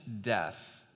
death